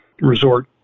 resort